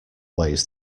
ways